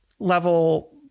level